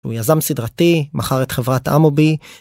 הוא יזם סדרתי, מחר את חברת אמובי.